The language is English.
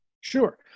Sure